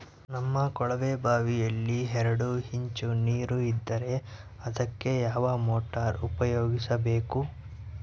ನಮ್ಮ ಕೊಳವೆಬಾವಿಯಲ್ಲಿ ಎರಡು ಇಂಚು ನೇರು ಇದ್ದರೆ ಅದಕ್ಕೆ ಯಾವ ಮೋಟಾರ್ ಉಪಯೋಗಿಸಬೇಕು?